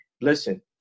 listen